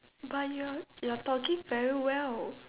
but you are you are talking very well